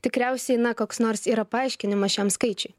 tikriausiai na koks nors yra paaiškinimas šiam skaičiui